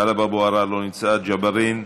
טלב אבו עראר לא נמצא, ג'בארין.